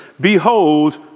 behold